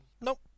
Nope